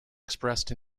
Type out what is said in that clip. expressed